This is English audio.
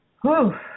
Whew